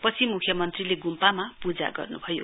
पछि मुख्यमन्त्रीले गुम्पामा पूजा गर्नुभयो